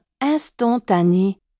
instantané